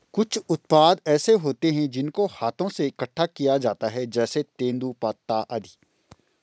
कुछ उत्पाद ऐसे होते हैं जिनको हाथों से इकट्ठा किया जाता है जैसे तेंदूपत्ता आदि